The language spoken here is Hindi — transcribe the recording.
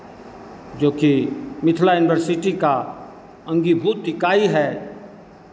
जोकि मिथिला युनिवर्सिटी का अंगीभूत इकाई है